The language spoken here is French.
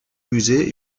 musées